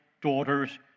Daughters